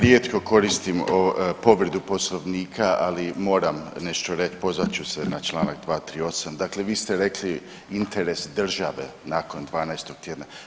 Rijetko koristim povredu Poslovnika, ali moram nešto .../nerazumljivo/... pozvat ću se na čl. 238. dakle vi ste rekli interes države nakon 12. tjedna.